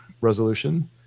resolution